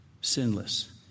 sinless